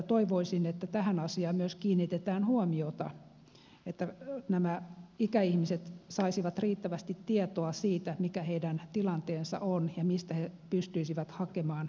toivoisin että myös tähän asiaan kiinnitetään huomiota niin että nämä ikäihmiset saisivat riittävästi tietoa siitä mikä heidän tilanteensa on ja mistä he pystyisivät hakemaan apua